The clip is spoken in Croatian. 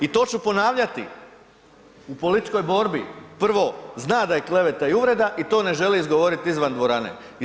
I to ću ponavljati u političkoj borbi, prvo, zna da je kleveta i uvreda i to ne želi izgovoriti izvan dvorane.